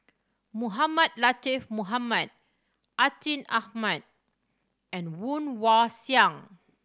Mohamed Latiff Mohamed Atin Amat and Woon Wah Siang